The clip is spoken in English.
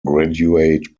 graduate